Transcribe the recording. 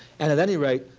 and at any rate,